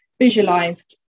visualized